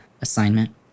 assignment